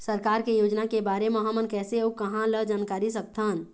सरकार के योजना के बारे म हमन कैसे अऊ कहां ल जानकारी सकथन?